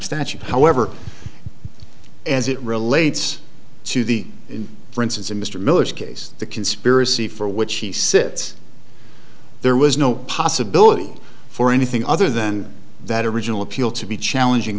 statute however as it relates to the for instance in mr miller's case the conspiracy for which he sits there was no possibility for anything other than that original appeal to be challenging